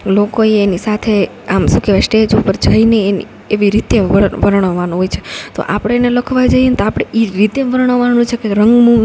લોકોએ એની સાથે આમ શું કહેવાય સ્ટેજ પર જઈને એની એવી રીતે વર્ણવાનું હોય છે તો આપણે એને લખવા જઈએ ને તો આપણે એ રીતે વર્ણવાનું છે કે રંગમું